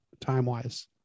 time-wise